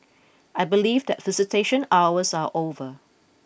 I believe that visitation hours are over